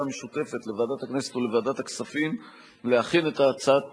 המשותפת לוועדת הכנסת ולוועדת הכספים להכין את הצעת